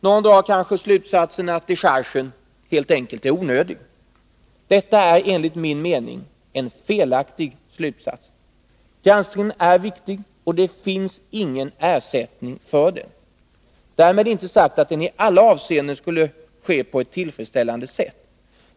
Någon drar kanske slutsatsen att dechargen helt enkelt är onödig. Detta är enligt min mening en felaktig slutsats. Granskningen är viktig, och det finns ingen ersättning för den. Därmed inte sagt att den alltid sker på ett i alla avseenden tillfredsställande sätt.